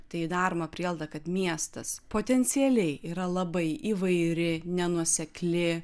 tai daroma prielaida kad miestas potencialiai yra labai įvairi nenuosekli